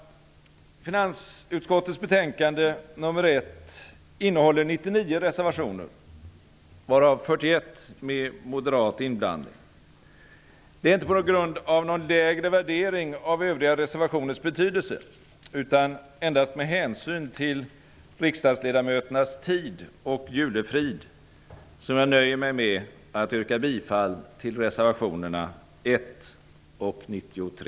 Finansutskottets betänkande nr 1 innehåller 99 reservationer, varav 41 med moderat inblandning. Det är inte på grund av någon lägre värdering av övriga reservationers betydelse, utan endast med hänsyn till riksdagsledmöternas tid och julefrid, som jag nöjer mig med att yrka bifall till reservationerna 1 och 93.